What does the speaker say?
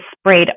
sprayed